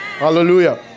Hallelujah